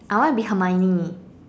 I want be Hermione